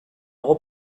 hego